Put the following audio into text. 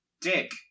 Dick